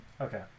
Okay